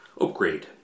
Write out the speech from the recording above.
upgrade